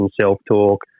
self-talk